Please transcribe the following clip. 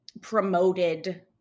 promoted